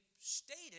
stated